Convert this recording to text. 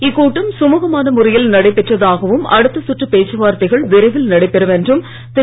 இக்கூட்டம் சமூகமான முறையில் நடைபெற்றதாகவும் அடுத்த சுற்று பேச்சு வார்த்தைகள் விரைவில் நடைபெறும் என்றும் திரு